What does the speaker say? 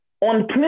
On